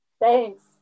Thanks